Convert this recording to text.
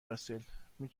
راسل، می